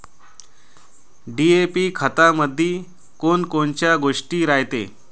DAP खतामंदी कोनकोनच्या गोष्टी रायते?